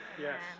yes